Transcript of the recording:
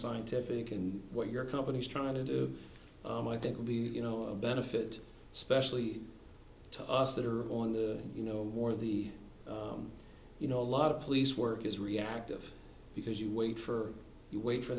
scientific and what your company's trying to do i think really you know benefit especially to us that are on the you know more of the you know a lot of police work is reactive because you wait for you wait for